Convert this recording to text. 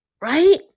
right